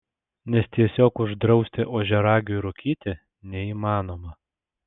nes tiesiog uždrausti ožiaragiui rūkyti neįmanoma